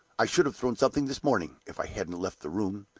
i should have thrown something this morning if i hadn't left the room.